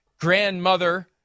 grandmother